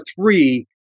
three